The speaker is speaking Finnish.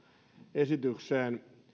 esitykseen